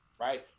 Right